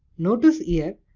notice here,